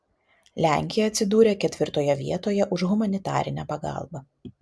lenkija atsidūrė ketvirtoje vietoje už humanitarinę pagalbą